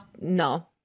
no